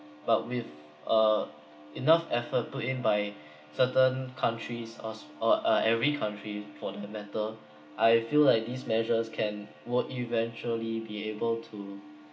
but with uh enough effort put in by certain countries us or uh every country for the matter I feel like these measures can will eventually be able to